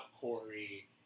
Corey